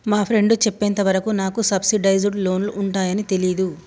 మా ఫ్రెండు చెప్పేంత వరకు నాకు సబ్సిడైజ్డ్ లోన్లు ఉంటయ్యని తెలీదు